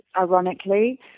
ironically